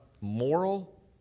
moral